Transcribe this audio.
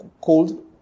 cold